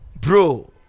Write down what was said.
Bro